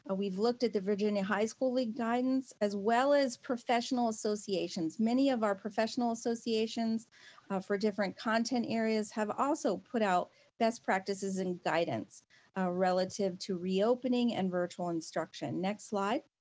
ah we've looked at the virginia high school league guidance as well as professional associations. many of our professional associations for different content areas have also put out best practices and guidance relative to reopening and virtual instruction. next slide.